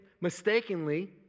mistakenly